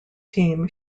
team